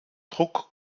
druck